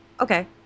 Okay